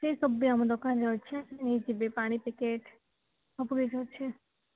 ସେସବୁ ବି ଆମ ଦୋକାନରେ ଅଛି ଆସିକି ନେଇଯିବେ ପାଣି ପ୍ୟାକେଟ୍ ସବୁ କିଛି ଅଛି